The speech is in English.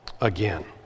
again